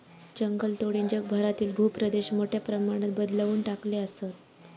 जंगलतोडीनं जगभरातील भूप्रदेश मोठ्या प्रमाणात बदलवून टाकले आसत